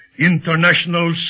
International